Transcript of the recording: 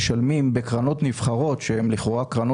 משלמים בקרנות נבחרות שהן לכאורה קרנות